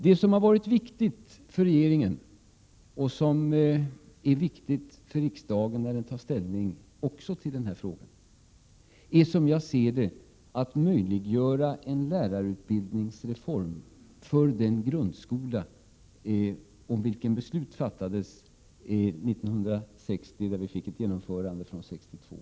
Det som har varit viktigt för regeringen och som är viktigt för riksdagen när den tar ställning till denna fråga är, som jag ser det, att möjliggöra en lärarutbildningsreform för den grundskola om vilken beslut fattades 1960 och vars genomförande ägde rum med början 1962.